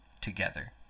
together